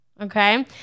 Okay